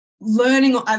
learning